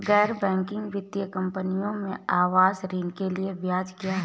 गैर बैंकिंग वित्तीय कंपनियों में आवास ऋण के लिए ब्याज क्या है?